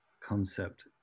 concept